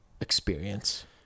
experience